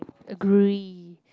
agree